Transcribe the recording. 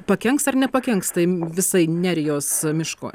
pakenks ar nepakenks tai visai nerijos miško